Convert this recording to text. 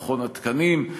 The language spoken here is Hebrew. מכון התקנים.